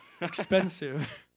expensive